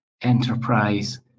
enterprise